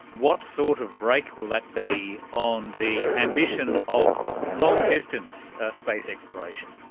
what sort of brake will that be on the ambition of long distance space exploration?